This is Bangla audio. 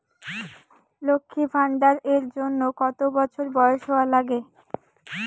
লক্ষী ভান্ডার এর জন্যে কতো বছর বয়স হওয়া লাগে?